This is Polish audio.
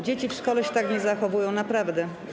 Dzieci w szkole się tak nie zachowują, naprawdę.